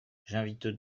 j’invite